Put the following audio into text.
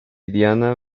diana